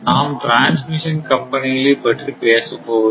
நாம் டிரான்ஸ்மிஷன் கம்பெனிகளை பற்றி பேசப்போவதில்லை